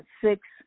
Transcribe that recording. six